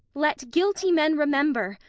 let guilty men remember,